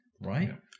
Right